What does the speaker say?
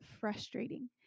frustrating